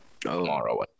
tomorrow